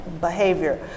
behavior